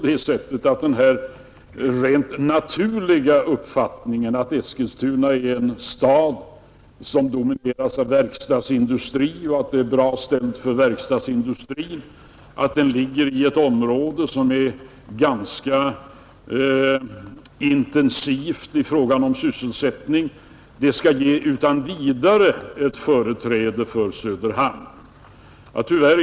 Det tycks vara en rätt allmän uppfattning att det förhållandet att Eskilstuna, som domineras av verkstadsindustri, har det bra ställt och ligger i ett område som är ganska intensivt i fråga om sysselsättning. Det skulle utan vidare ge företräde åt Söderhamn när det gäller lokaliseringen av myntoch justeringsverket.